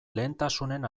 lehentasunen